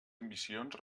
ambicions